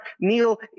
Neil